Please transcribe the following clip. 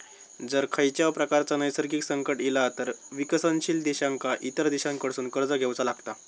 जर खंयच्याव प्रकारचा नैसर्गिक संकट इला तर विकसनशील देशांका इतर देशांकडसून कर्ज घेवचा लागता